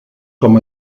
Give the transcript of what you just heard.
com